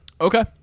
Okay